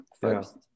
first